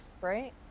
right